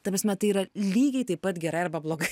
ta prasme tai yra lygiai taip pat gerai arba blogai